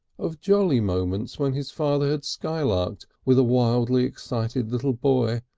of jolly moments when his father had skylarked with a wildly excited little boy,